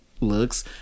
looks